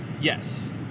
Yes